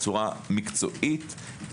בצורה מקצועית,